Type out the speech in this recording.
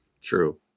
True